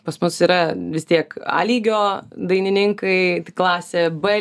pas mus yra vis tiek a lygio dainininkai klasė b